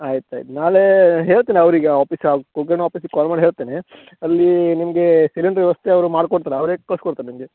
ಆಯ್ತು ಆಯ್ತು ನಾಳೆ ಹೇಳ್ತೇನೆ ಅವರಿಗೆ ಆಪೀಸ್ ಗೋಕರ್ಣ ಆಪೀಸಿಗೆ ಕಾಲ್ ಮಾಡಿ ಹೇಳ್ತೇನೆ ಅಲ್ಲಿ ನಿಮಗೆ ಸಿಲಿಂಡರ್ ವ್ಯವಸ್ಥೆ ಅವ್ರು ಮಾಡ್ಕೊಡ್ತರೆ ಅವರೇ ಕಳ್ಸಿ ಕೊಡ್ತರೆ ನಿಮಗೆ